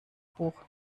buch